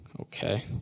okay